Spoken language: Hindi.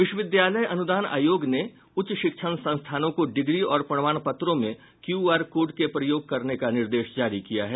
विश्वविद्यालय अनुदान आयोग ने उच्च शिक्षण संस्थानों को डिग्री और प्रमाण पत्रों में क्यूआर कोड के प्रयोग करने का निर्देश जारी किया है